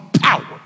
power